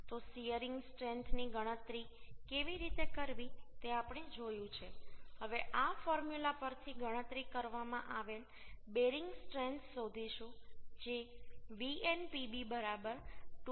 તો શીયરિંગ સ્ટ્રેન્થની ગણતરી કેવી રીતે કરવી તે આપણે જોયું છે હવે આ ફોર્મ્યુલા પરથી ગણતરી કરવામાં આવેલ બેરિંગ સ્ટ્રેન્થ શોધીશું જે Vnpb બરાબર 2